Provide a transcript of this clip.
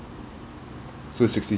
so is sixty